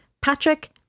Patrick